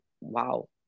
wow